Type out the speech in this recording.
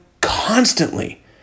constantly